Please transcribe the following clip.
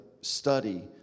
study